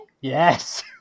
Yes